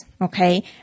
Okay